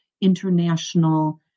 international